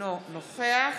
אינו נוכח